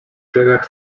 brzegach